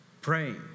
praying